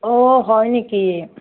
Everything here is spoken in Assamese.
অ' হয় নেকি